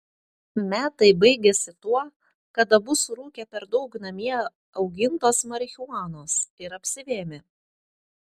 metai baigėsi tuo kad abu surūkė per daug namie augintos marihuanos ir apsivėmė